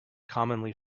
commonly